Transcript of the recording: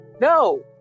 No